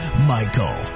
Michael